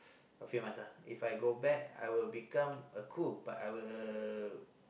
afraid myself If I go back I will become a crew but I will